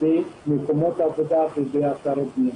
במקומות עבודה ובאתרי בנייה.